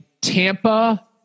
Tampa